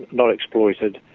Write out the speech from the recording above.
not exploited,